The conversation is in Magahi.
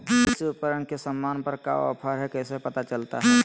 कृषि उपकरण के सामान पर का ऑफर हाय कैसे पता चलता हय?